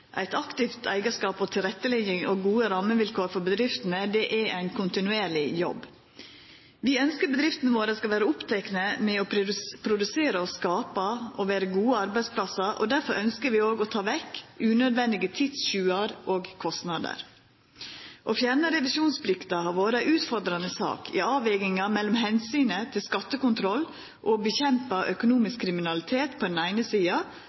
Eit aktivt eigarskap og tilrettelegging av gode rammevilkår for bedriftene er ein kontinuerleg jobb. Vi ønskjer at bedriftene våre skal vera opptekne av å produsera og skapa, og vera gode arbeidsplassar. Derfor ønskjer vi òg å ta vekk unødvendige tidstjuvar og kostnader. Å fjerna revisjonsplikta har vore ei utfordrande sak i avveginga mellom omsynet til skattekontroll og kampen mot økonomisk kriminalitet på den eine sida